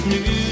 New